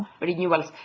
renewals